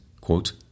quote